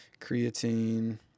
creatine